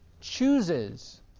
chooses